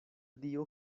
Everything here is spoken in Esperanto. dio